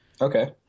Okay